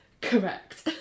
correct